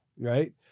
right